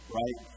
right